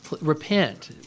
repent